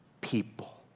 people